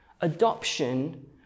adoption